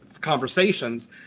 conversations